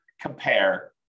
compare